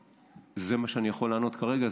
זה מה שאני יכול לענות כרגע.